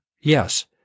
Yes